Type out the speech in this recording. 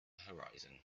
horizon